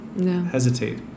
hesitate